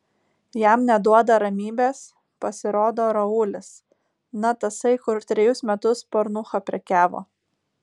jam neduoda ramybės pasirodo raulis na tasai kur trejus metus pornucha prekiavo